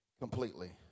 completely